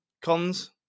cons